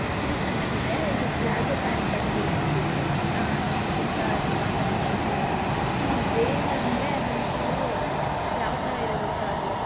actually ಚೆನ್ನಾಗಿದೆ ಇದು palazzo pant ಬಂದಿರೋದಿದಕ್ಕೆ ಹಾಂ ನನ್ನದು ಕುರ್ತಾ ಅದು ಆ ಥರನೇ ಇದ್ದಿದ್ದು ಹಾಂ ವೇಲ್ ಅಂದರೆ ಅದೊಂದು ಚೂರು ಯಾವ ಥರ ಇದೆ ಗೊತ್ತಾ ಅದು